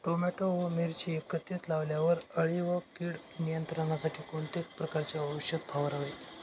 Tomato व मिरची एकत्रित लावल्यावर अळी व कीड नियंत्रणासाठी कोणत्या प्रकारचे औषध फवारावे?